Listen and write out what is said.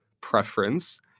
preference